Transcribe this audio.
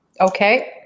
Okay